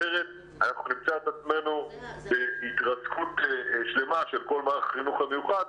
אחרת נמצא את עצמנו בהתרסקות שלמה של כל מערך החינוך המיוחד,